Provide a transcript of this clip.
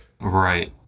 Right